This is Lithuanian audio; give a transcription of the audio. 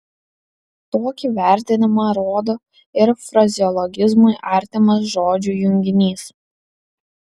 tokį vertinimą rodo ir frazeologizmui artimas žodžių junginys